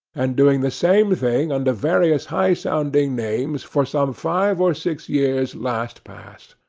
and doing the same thing under various high-sounding names for some five or six years last past.